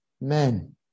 men